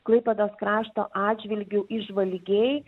klaipėdos krašto atžvilgiu įžvalgiai